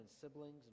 siblings